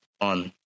on